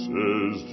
Says